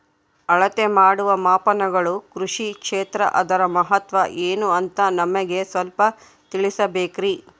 ಅಳತೆ ಮಾಡುವ ಮಾಪನಗಳು ಕೃಷಿ ಕ್ಷೇತ್ರ ಅದರ ಮಹತ್ವ ಏನು ಅಂತ ನಮಗೆ ಸ್ವಲ್ಪ ತಿಳಿಸಬೇಕ್ರಿ?